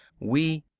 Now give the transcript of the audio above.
we